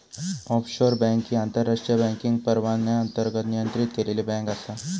offshore bank ही आंतरराष्ट्रीय banking परवान्याअंतर्गत नियंत्रित केलेली बँक आसा